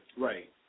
Right